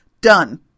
done